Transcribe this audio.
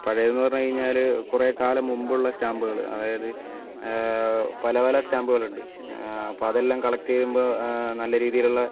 പഴയത് എന്ന് പറഞ്ഞു കഴിഞ്ഞാൽ കുറേ കാലം മുൻപുള്ള സ്റ്റാമ്പുകൾ അതായത് പല പല സ്റ്റാമ്പുകൾ ഉണ്ട് അപ്പോൾ അതെല്ലാം കളക്റ്റ് ചെയ്യുമ്പോൾ നല്ല രീതിയിൽ ഉള്ള